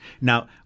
Now